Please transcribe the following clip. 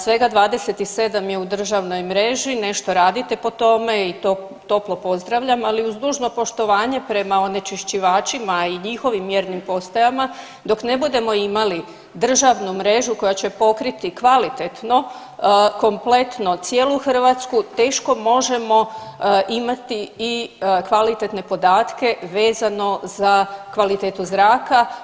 Svega 27 je u državnoj mreži nešto radite po tome i to toplom pozdravljam, ali uz dužno poštovanje prema onečišćivačima i njihovim mjernim postajama dok ne budemo imali državnu mrežu koja će pokriti kvalitetno kompletno cijelu Hrvatsku teško možemo imati i kvalitetne podatke vezano za kvalitetu zraka.